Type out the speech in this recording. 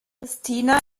pristina